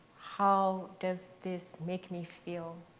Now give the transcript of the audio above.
how does this make me feel?